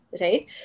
right